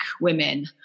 women